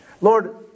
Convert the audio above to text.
Lord